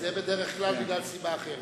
זה בדרך כלל בגלל סיבה אחרת.